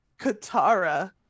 Katara